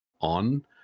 on